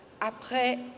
après